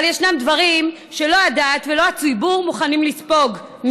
אבל ישנם דברים שלא הדעת ולא הציבור מוכנים לספוג,